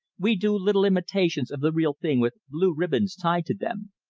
we do little imitations of the real thing with blue ribbons tied to them,